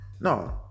No